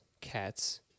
cats